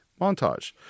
montage